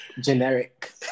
generic